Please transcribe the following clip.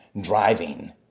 driving